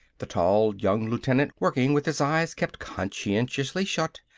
the tall young lieutenant, working with his eyes kept conscientiously shut,